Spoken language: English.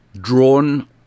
drawn